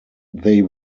they